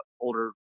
older